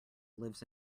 lives